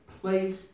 place